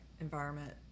environment